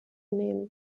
nehmen